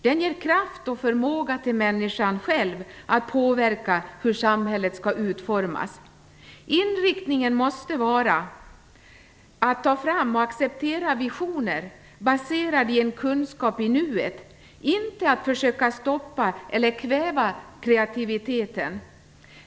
Den ger kraft och förmåga till människan själv att påverka hur samhället skall utformas. Inriktningen måste vara att ta fram och acceptera visioner baserade på en kunskap om nuet, inte att försöka stoppa eller kväva kreativiteten.